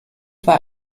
war